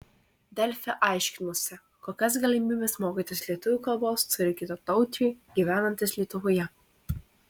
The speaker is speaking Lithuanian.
delfi aiškinosi kokias galimybes mokytis lietuvių kalbos turi kitataučiai gyvenantys lietuvoje